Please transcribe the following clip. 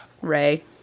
ray